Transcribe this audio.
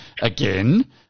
Again